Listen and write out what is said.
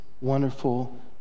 wonderful